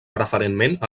preferentment